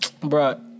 Bro